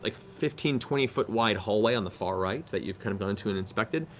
like fifteen, twenty foot wide hallway on the far right that you've kind of gone to and inspected.